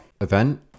event